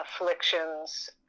afflictions